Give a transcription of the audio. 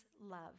love